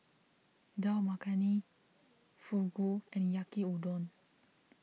Dal Makhani Fugu and Yaki Udon